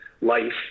life